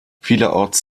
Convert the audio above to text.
vielerorts